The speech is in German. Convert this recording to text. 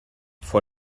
vor